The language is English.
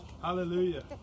Hallelujah